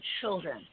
children